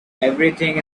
everything